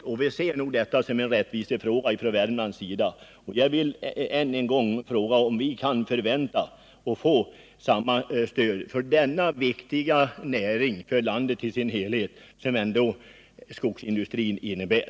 Vi i Värmland ser nog detta som en rättvisefråga. Jag vill än en gång fråga om vi kan förvänta samma stöd som varven för den viktiga näring för landet i dess helhet som skogsindustrin utgör.